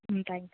ம் thank you